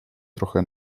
trochę